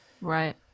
Right